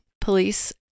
police